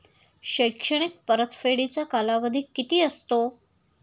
शैक्षणिक परतफेडीचा कालावधी किती असतो?